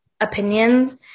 opinions